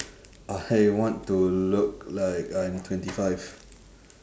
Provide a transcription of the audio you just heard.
I want to look like I'm twenty five